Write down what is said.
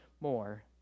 more